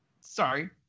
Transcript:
Sorry